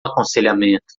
aconselhamento